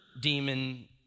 demon